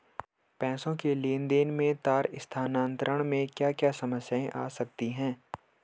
पैसों के लेन देन में तार स्थानांतरण में क्या क्या समस्याएं आ सकती हैं?